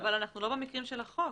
אבל אנחנו לא במקרים של החוק.